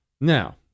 Now